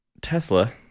Tesla